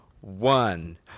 one